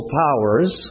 powers